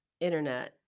Internet